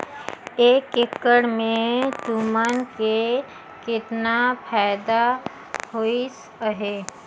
एक एकड़ मे तुमन के केतना फायदा होइस अहे